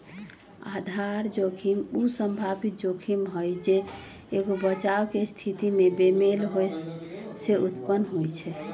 आधार जोखिम उ संभावित जोखिम हइ जे एगो बचाव के स्थिति में बेमेल होय से उत्पन्न होइ छइ